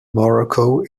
morocco